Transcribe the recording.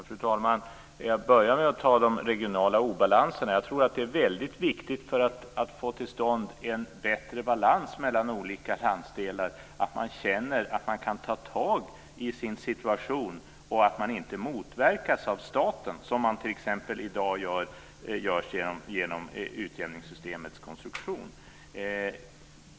Fru talman! Jag börjar med de regionala obalanserna. För att få till stånd en bättre balans mellan olika landsdelar tror jag att det är väldigt viktigt att man känner att man kan ta tag i sin situation och inte motverkas av staten. Det sker i dag genom t.ex. utjämningssystemets konstruktion.